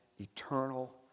eternal